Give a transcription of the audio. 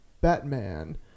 Batman